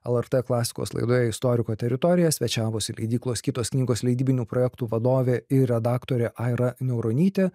lrt klasikos laidoje istoriko teritorija svečiavosi leidyklos kitos knygos leidybinių projektų vadovė ir redaktorė aira niauronytė